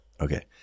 Okay